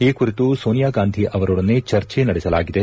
ಈ ಕುರಿತು ಸೋನಿಯಾ ಗಾಂಧಿ ಅವರೊದನೆ ಚರ್ಚೆ ನಡೆಸಲಾಗಿದೆ